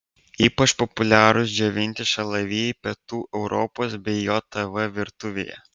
ypač populiarūs džiovinti šalavijai pietų europos bei jav virtuvėje